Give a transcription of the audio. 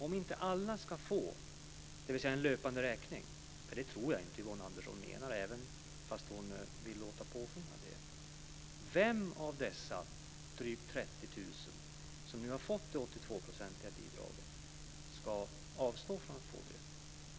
Om inte alla ska få, dvs. en löpande räkning - det tror jag inte att Yvonne Andersson menar, fastän hon vill låta påskina det - vem av dessa drygt 30 000 som nu har fått det 82 procentiga bidraget ska avstå från att få det?